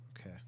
Okay